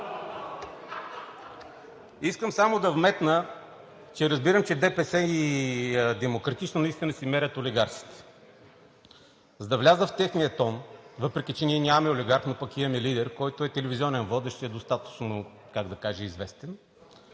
Искам само да вметна, че разбирам, че ДПС и „Демократична България“ наистина си мерят олигарсите. За да вляза в техния тон, въпреки че ние нямаме олигарх, но пък имаме лидер, който е телевизионен водещ и е достатъчно, как да кажа известен,